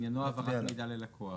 עניינו "העברת מידע ללקוח".